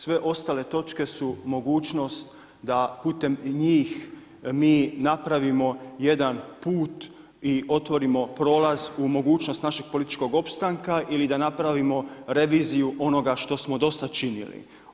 Sve ostale točke su mogućnost da putem njih mi napravimo jedan put i otvorimo prolaz u mogućnost našeg političkog opstanka ili da napravimo reviziju onoga što smo do sad činili.